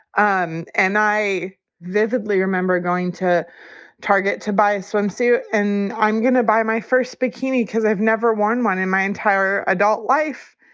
um and i vividly remember going to target to buy a swimsuit and i'm going to buy my first bikini because i've never worn one in my entire adult life.